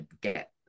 get